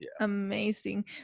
Amazing